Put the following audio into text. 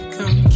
Come